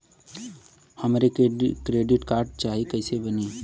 हमके credit card चाही कैसे बनी?